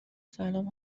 سلام